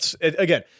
Again